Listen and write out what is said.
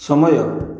ସମୟ